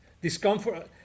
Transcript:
discomfort